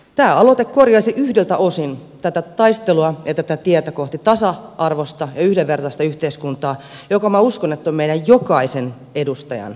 tämä aloite korjaisi yhdeltä osin tätä tilannetta taistelussa kohti tasa arvoista ja yhdenvertaista yhteiskuntaa joka minä uskon on meistä edustajista jokaisen tähtäimessä